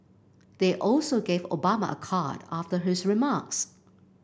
they also gave Obama a card after his remarks